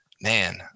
man